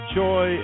joy